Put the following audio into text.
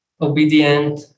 obedient